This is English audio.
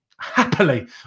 Happily